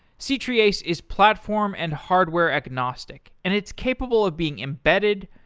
c-treeace is platform and hardware-agnostic and it's capable of being embedded,